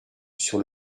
sur